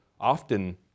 Often